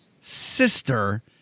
sister